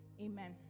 Amen